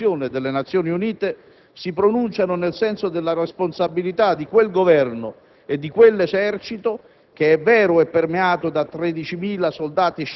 La comunità internazionale e la stessa risoluzione delle Nazioni Unite si pronunciano nel senso della responsabilità di quel Governo e di quell'esercito